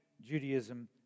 Judaism